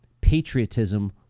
patriotism